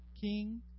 king